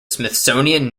smithsonian